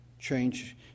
change